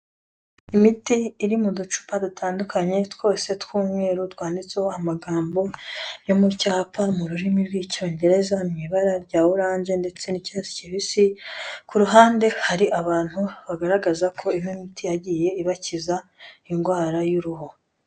Imiti iri mu ducupa dutandukanye twose tw'umweru twanditseho amagambo yo mu cyapa yo mu Cyongereza mu ibara rya oranje ndetse n'icyatsi kibisi, ku ruhande hari abantu bagaragaza ko ino miti yagiye ibakiza indwara y'uruhu.